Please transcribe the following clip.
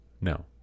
no